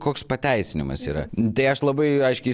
koks pateisinimas yra tai aš labai aiškiai